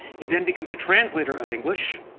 he then becomes a translator of english,